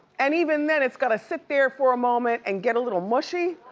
and even then, it's gotta sit there for a moment and get a little mushy.